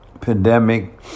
pandemic